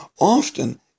Often